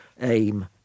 aim